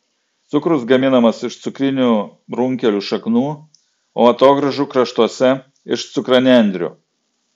cukrus gaminamas iš cukrinių runkelių šaknų o atogrąžų kraštuose iš cukranendrių